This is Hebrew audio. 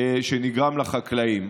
שנגרם לחקלאים.